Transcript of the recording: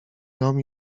dom